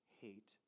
hate